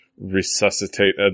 resuscitate